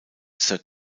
sir